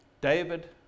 David